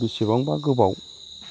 बिसिबांबा गोबाव